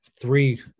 three